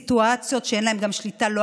בסיטואציות שאין להן שליטה בהן,